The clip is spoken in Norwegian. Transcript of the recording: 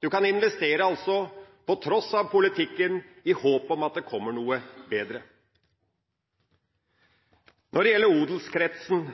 Du kan investere på tross av politikken, i håp om at det kommer noe bedre. Når det gjelder odelskretsen,